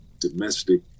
domestic